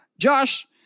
Josh